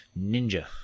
ninja